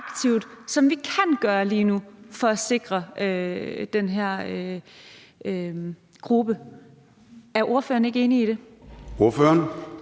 som vi kan gøre lige nu for at sikre den her gruppe. Er ordføreren ikke enig i det? Kl.